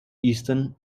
eastern